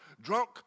drunk